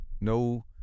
no